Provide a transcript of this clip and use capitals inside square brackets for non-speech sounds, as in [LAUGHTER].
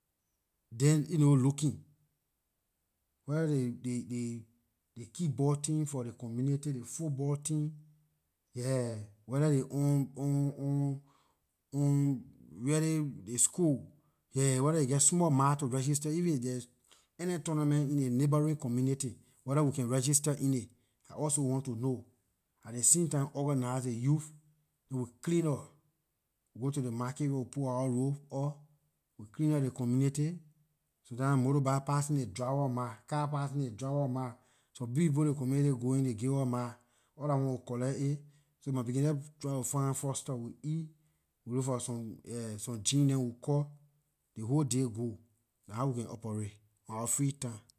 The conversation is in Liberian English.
Dem [HESITATION] you know looking whether ley kickball team for ley community ley football team, yeah, whether ley on- on on on really ley score yeah, whether ley geh small mah to register even if there's any tournament in ley neighboring community whether we can register in it I also want to know at ley same time organize ley youth we will clean up go to market we put our rope up we clean up ley community sometimes motorbike passing dey drop us mah car passing ley drop us mah some big big people in ley community going ley give us mah all la one we collect aay say my pekin let try to find foster we eat look for some gin neh we cut ley whole day go dah how we can operate on our free time.